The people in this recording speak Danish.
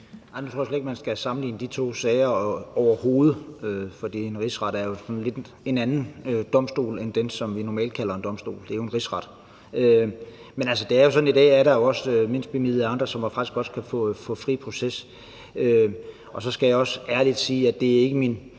jeg slet ikke, man skal sammenligne de to ting overhovedet, for Rigsretten er jo lidt en anden domstol end den, som vi normalt kalder en domstol, for det er jo en rigsret. Men det er jo sådan i dag, at mindrebemidlede faktisk godt kan få fri proces. Så skal jeg også ærligt sige, at min